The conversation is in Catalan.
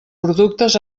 productes